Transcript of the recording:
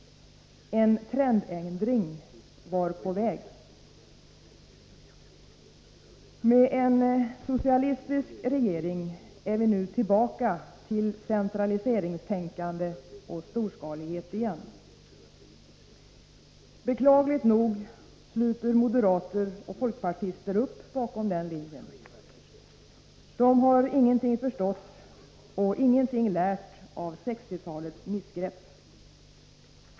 En trendändring var på väg. Med en socialistisk regering är vi tillbaka till centraliseringstänkande och storskalighet igen. Beklagligt nog sluter moderater och folkpartister upp bakom den linjen. De har ingenting förstått och ingenting lärt av 1960-talets missgrepp.